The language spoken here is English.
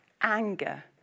anger